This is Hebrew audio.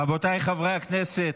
רבותיי חברי הכנסת,